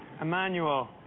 Emmanuel